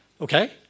Okay